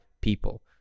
people